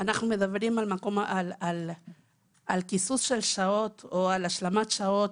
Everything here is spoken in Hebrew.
אנחנו מדברים על קיזוז של שעות או השלמת שעות,